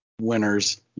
winners